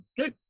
Okay